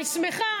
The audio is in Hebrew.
אני שמחה